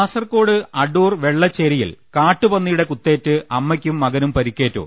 കാസർകോട് അഡൂർ വെള്ളച്ചേരിയിൽ കാട്ടുപന്നിയുടെ കുത്തേറ്റ് അമ്മക്കും മകനും പരിക്കേറ്റു